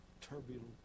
Turbulent